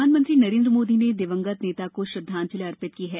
प्रधानमंत्री नरेन्द्र मोदी ने दिवंगत नेता को श्रद्वांजलि अर्पित की है